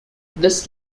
this